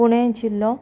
पुणे जिल्लो